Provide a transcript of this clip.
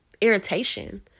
irritation